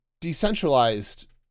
decentralized